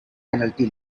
penalty